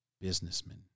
businessmen